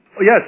Yes